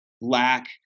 lack